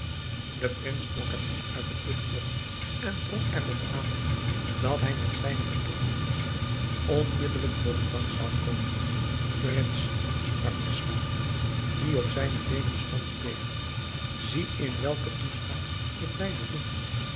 de prins trok hem nu uit den put op en drong er op aan dat hij met zijne bekentenis onmiddelijk voor den dag zou komen prins sprak de slaaf die op zijne beenen stond te beven zie in welken toestand ik mij bevind